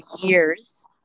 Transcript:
years